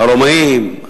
הרומאים,